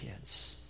kids